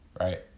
Right